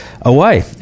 away